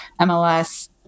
MLS